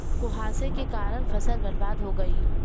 कुहासे के कारण फसल बर्बाद हो गयी